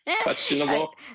questionable